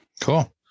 Cool